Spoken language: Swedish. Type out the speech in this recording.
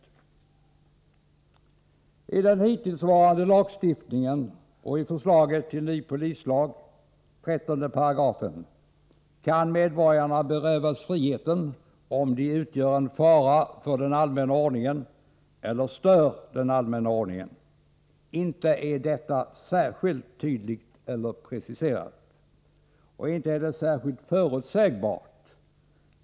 Enligt den hittillsvarande lagstiftningen och enligt förslaget till ny polislag 13 § kan medborgarna berövas friheten om de utgör en fara för den allmänna ordningen eller stör den allmänna ordningen. Inte är detta särskilt tydligt eller preciserat. Och inte är det särskilt förutsägbart.